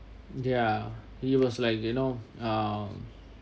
ya he was like you know uh